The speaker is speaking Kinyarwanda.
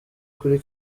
kuri